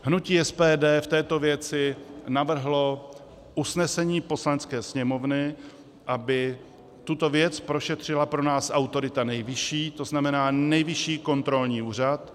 Hnutí SPD v této věci navrhlo usnesení Poslanecké sněmovny, aby tuto věc prošetřila pro nás autorita nejvyšší, to znamená Nejvyšší kontrolní úřad.